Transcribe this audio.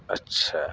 اچھا